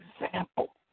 example